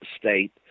State